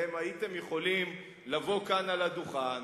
הרי הייתם יכולים לבוא לכאן אל הדוכן,